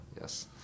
yes